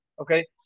Okay